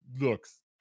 looks